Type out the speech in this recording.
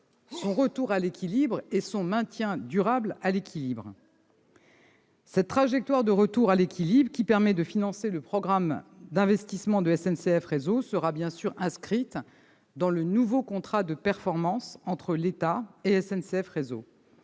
son retour à l'équilibre, qui sera maintenu sur la durée. Cette trajectoire de retour à l'équilibre, qui permet de financer le programme d'investissements de SNCF Réseau, sera, bien sûr, inscrite dans le nouveau contrat de performance entre l'État et cet